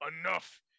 Enough